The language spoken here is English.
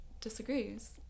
disagrees